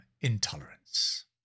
intolerance